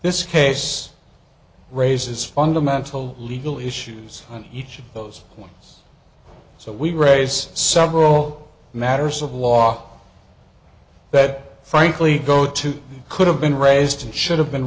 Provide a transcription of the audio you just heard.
this case raises fundamental legal issues and each of those points so we raise several matters of law that frankly go to you could have been raised and should have been